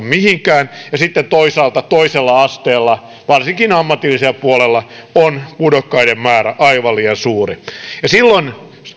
mihinkään ja sitten toisaalta toisella asteella varsinkin ammatillisella puolella on pudokkaiden määrä aivan liian suuri silloin